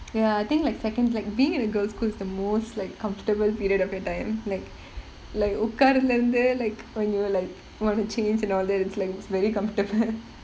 ya I think like secon~ like being in a girl's school is the most like comfortable period of your time like like உக்கார்ல இருந்து:ukkaarla irunthu like when you are like want to change and all that it's like it's very comfortable